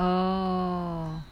orh